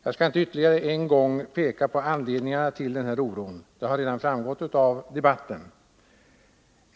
Jag skall inte ytterligare en gång peka på anledningarna till denna oro. Dessa har redan framgått av debatten.